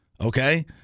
Okay